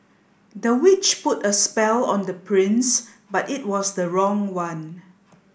the witch put a spell on the prince but it was the wrong one